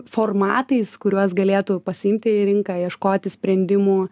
formatais kuriuos galėtų pasiimti į rinką ieškoti sprendimų